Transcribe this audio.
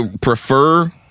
prefer